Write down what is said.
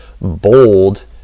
bold